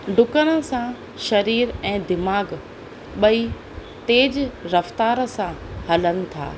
डुकण सां सरीर ऐं दिमाग़ु ॿई तेज़ु रफ़्तार सां हलनि था